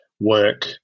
work